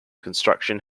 construction